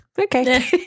okay